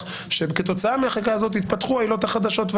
שכתוצאה מהחקיקה הזאת יתפתחו העילות החדשות.